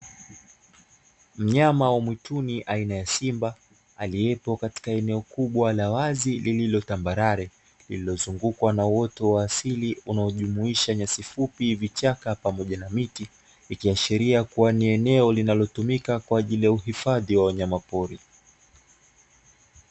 Mnyama wa mwituni aina ya simba aliyepo katika eneo la wazi lililo tambarare, lililozungukwa na uoto wa asili unaojumuisha nyasi fupi, vichaka pamoja na miti ikiashiria kuwa ni eneo linalotumika kwa ajili ya uhifadhi wa wanyama pori.